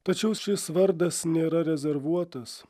tačiau šis vardas nėra rezervuotas